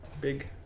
big